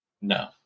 No